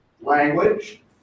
language